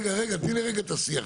רגע, רגע, תני לי את השיח.